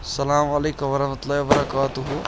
اسلام علیكم ورحمتہ اللہ وبرکاتہ